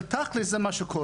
אבל תכלס זה מה שקורה.